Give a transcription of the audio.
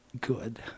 good